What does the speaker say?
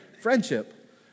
friendship